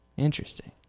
Interesting